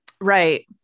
Right